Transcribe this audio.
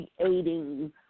creating